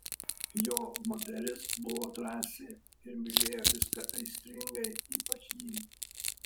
jo moteris buvo drąsi ir mylėjo viską aistringai ypač jį